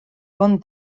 bon